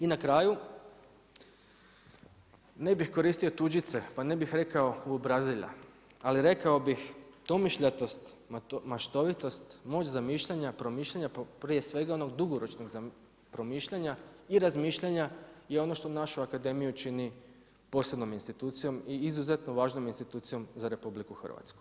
I na kraju, ne bi koristio tuđice, pa ne bih rekao uobrazila, ali rekao bi domišljatost, maštovitost, moć zamišljanja, promišljanja, prije svega onog dugoročnog promišljanja i razmišljanja je ono što našu akademiju posebnom institucijom i izuzetno važnom institucijom za RH.